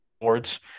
boards